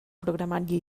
programari